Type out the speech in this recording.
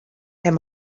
him